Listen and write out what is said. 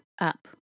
up